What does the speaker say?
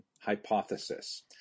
hypothesis